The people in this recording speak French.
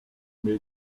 mais